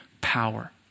power